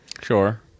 Sure